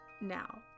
now